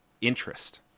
interest